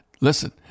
listen